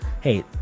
hey